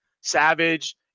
Savage